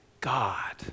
God